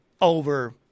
over